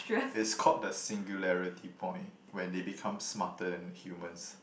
it's called the singularity point when they become smarter than the humans